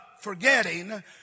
forgetting